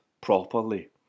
properly